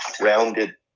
rounded